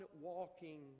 walking